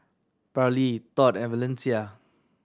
Parlee Tod and Valencia